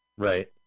Right